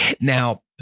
Now